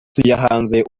tuyahanze